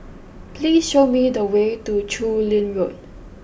please show me the way to Chu Lin Road